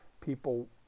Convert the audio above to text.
people